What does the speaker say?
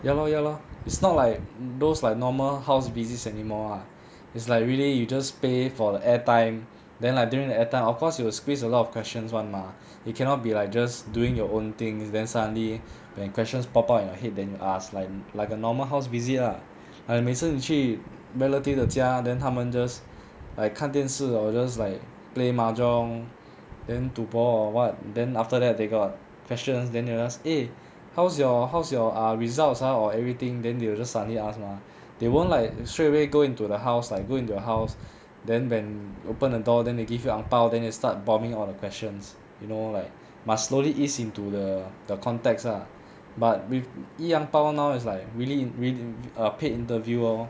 ya lor ya lor it's not like those like normal house visits anymore ah is like really you just pay for the airtime then like during that airtime of course you will squeeze a lot of questions [one] mah it cannot be like just doing your own things then suddenly when questions pop out in your head then you ask like like a normal house visit lah like 你每次去 relative 的家 then 他们 just like 看电视 or just like play mahjong then 赌博 or what then after that they got questions then they will just eh how's your how's your uh results ah or everything then they will just suddenly ask mah they won't like straight away go into the house like go into your house then when open the door then they give you ang pao then they start bombing all the questions you know like must slowly ease into the the context ah but with E ang pao now is like really really err a paid interview lor